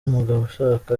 mugabushaka